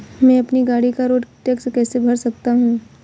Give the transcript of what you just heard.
मैं अपनी गाड़ी का रोड टैक्स कैसे भर सकता हूँ?